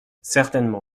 certainement